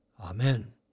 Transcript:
Amen